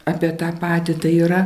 apie tą patį tai yra